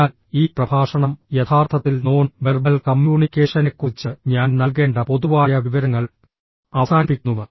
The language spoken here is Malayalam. അതിനാൽ ഈ പ്രഭാഷണം യഥാർത്ഥത്തിൽ നോൺ വെർബൽ കമ്മ്യൂണിക്കേഷനെക്കുറിച്ച് ഞാൻ നൽകേണ്ട പൊതുവായ വിവരങ്ങൾ അവസാനിപ്പിക്കുന്നു